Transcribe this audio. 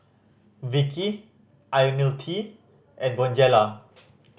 Vichy Ionil T and Bonjela